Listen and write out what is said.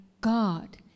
God